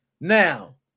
now